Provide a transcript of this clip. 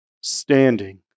standing